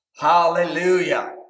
Hallelujah